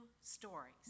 stories